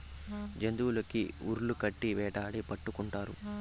జంతులకి ఉర్లు కట్టి వేటాడి పట్టుకుంటారు